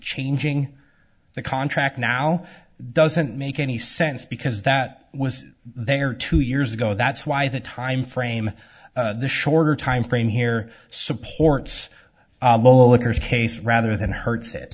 changing the contract now doesn't make any sense because that was there two years ago that's why the time frame the shorter time frame here supports your case rather than hurts it